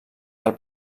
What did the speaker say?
del